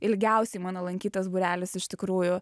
ilgiausiai mano lankytas būrelis iš tikrųjų